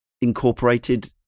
incorporated